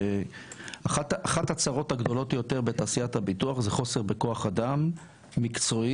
אחת הצרות הגדולות יותר בתעשיית הביטוח זה חוסר בכוח אדם מקצועי